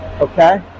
Okay